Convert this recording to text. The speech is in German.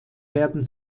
werden